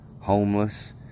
homeless